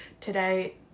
today